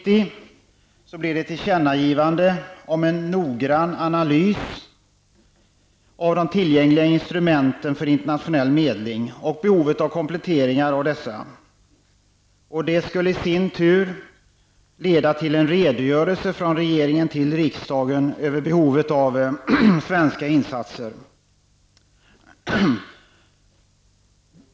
År 1989/90 blev det ett tillkännagivande om en noggrann analys av de tillgängliga instrumenten för internationell medling och behovet av komplettering av dessa. Det skulle i sin tur leda till en redogörelse från regeringen till riksdagen över behovet av svenska insatser.